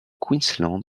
queensland